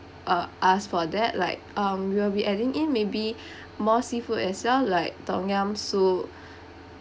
uh ask for that like um we'll be adding in may be more seafood as well like tom yum soup